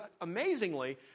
amazingly